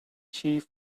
chief